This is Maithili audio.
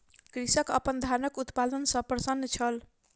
कृषक अपन धानक उत्पादन सॅ प्रसन्न छल